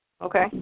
Okay